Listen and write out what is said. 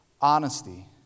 honesty